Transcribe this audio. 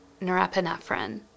norepinephrine